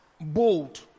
bold